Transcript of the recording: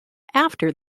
after